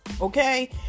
okay